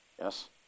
Yes